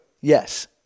Yes